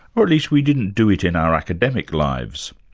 or at least we didn't do it in our academic lives.